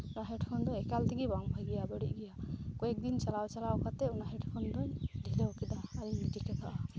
ᱱᱚᱣᱟ ᱦᱮᱰᱯᱷᱳᱱ ᱫᱚ ᱮᱠᱟᱞ ᱛᱮᱜᱮ ᱵᱟᱝ ᱵᱷᱟᱹᱜᱤᱭᱟ ᱟᱹᱲᱤᱡ ᱜᱮᱭᱟ ᱠᱚᱭᱮᱠ ᱫᱤᱱ ᱪᱟᱞᱟᱣ ᱪᱟᱞᱟᱣ ᱠᱟᱛᱮᱫ ᱚᱱᱟ ᱦᱮᱰᱯᱷᱳᱱ ᱫᱚ ᱰᱷᱤᱞᱟᱹᱣ ᱠᱟᱫᱟ ᱟᱨᱤᱧ ᱜᱤᱰᱤ ᱠᱟᱫᱟ